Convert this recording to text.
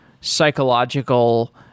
psychological